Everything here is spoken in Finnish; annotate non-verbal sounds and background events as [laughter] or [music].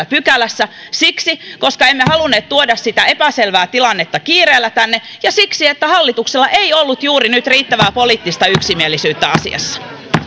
[unintelligible] pykälässä siksi että emme halunneet tuoda sitä epäselvää tilannetta kiireellä tänne ja siksi että hallituksella ei ollut juuri nyt riittävää poliittista yksimielisyyttä asiassa